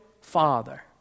father